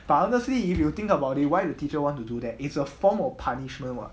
but honestly if you will think about it why would the teacher wanted to do that it's a form of punishment [what]